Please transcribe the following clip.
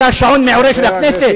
אתה השעון המעורר של הכנסת?